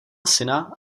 syna